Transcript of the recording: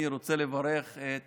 אני רוצה לברך את